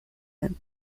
him